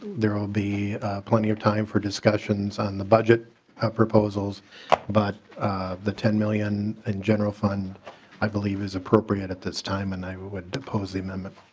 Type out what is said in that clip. there will be plenty of time for discussions on the budget proposals but the ten million in general fund i believe is appropriate at this time and i would oppose the amendment